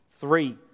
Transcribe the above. Three